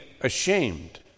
ashamed